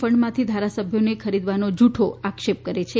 ફંડમાંથી ધારાસભ્યોને ખરીદવાનો જૂઠો આક્ષેપ કરે છે